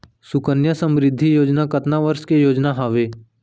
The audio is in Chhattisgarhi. सुकन्या समृद्धि योजना कतना वर्ष के योजना हावे?